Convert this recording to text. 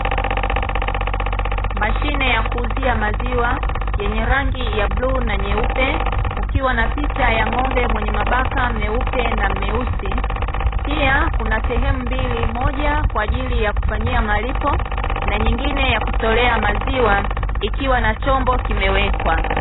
Mashine ya kuuzia maziwa yenye rangi ya bluu na nyeupe, kukiwa na picha ya ng'ombe mwenye mabaka meupe na meusi, pia kuna sehemu mbili; moja kwaajili ya kufanyia malipo na nyingine ya kutolea maziwa, ikiwa na chombo kimewekwa.